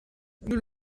nous